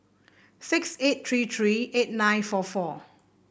six eight three three eight nine four four